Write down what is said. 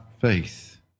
faith